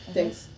Thanks